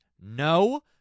No